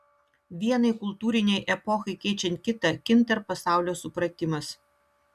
vienai kultūrinei epochai keičiant kitą kinta ir pasaulio supratimas